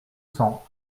cents